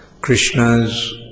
Krishna's